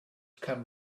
can